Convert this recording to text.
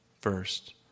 first